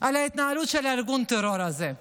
להתנהלות של ארגון הטרור הזה.